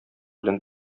белән